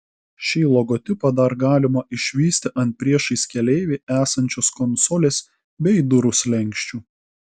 šį logotipą dar galima išvysti ant priešais keleivį esančios konsolės bei durų slenksčių